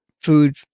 food